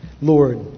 Lord